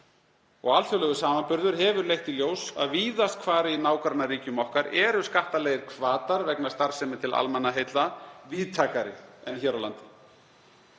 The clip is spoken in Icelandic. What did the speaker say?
Alþjóðlegur samanburður hefur leitt í ljós að víðast hvar í nágrannaríkjum okkar eru skattalegir hvatar vegna starfsemi til almannaheilla víðtækari en hér á landi.